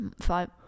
Five